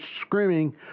screaming